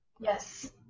Yes